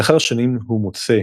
לאחר שנים הוא מוצא,